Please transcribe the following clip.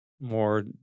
more